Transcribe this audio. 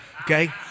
Okay